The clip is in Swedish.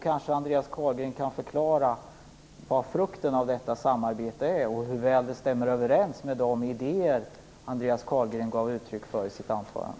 Kanske Andreas Carlgren kan förklara vad frukten av detta samarbete är och hur väl det stämmer överens med de idéer som Andreas Carlgren gav uttryck för i sitt anförande.